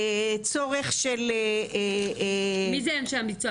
לצורך של --- מי זה אנשי המקצוע?